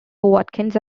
watkins